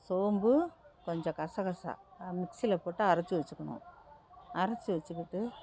சோம்பு கொஞ்சம் கசகசா மிக்ஸியில் போட்டு அரைத்து வச்சிக்கணும் அரைத்து வச்சிக்கிட்டு